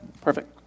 Perfect